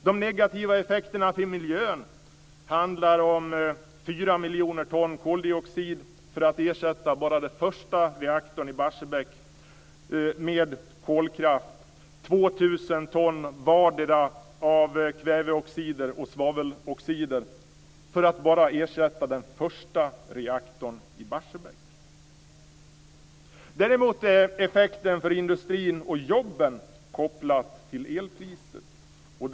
De negativa effekterna på miljön handlar om 4 miljoner ton koldioxid för att ersätta bara den första reaktorn i Barsebäck med kolkraft samt 2 000 ton vardera av kväveoxider och svaveloxider för att ersätta bara den första reaktorn i Barsebäck. Däremot är effekten för industrin och jobben kopplad till elpriset.